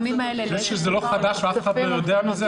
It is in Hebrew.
זה שזה לא חדש ואף אחד לא יודע על זה,